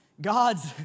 God's